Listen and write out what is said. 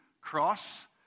cross